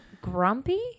grumpy